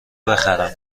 بخرم